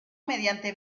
mediante